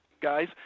guys